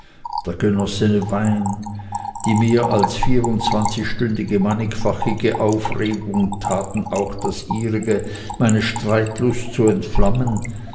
der genossene wein die mehr als vierundzwanzigstündige mannigfache aufregung taten auch das ihrige meine streitlust zu entflammen